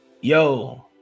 yo